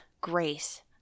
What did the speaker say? grace